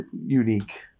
unique